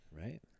Right